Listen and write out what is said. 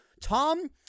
Tom